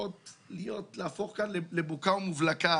הולכות להפוך לבוקה ומבולקה.